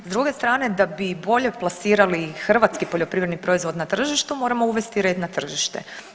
S druge strane da bi bolje plasirali hrvatski poljoprivredni proizvod na tržištu moramo uvesti red na tržište.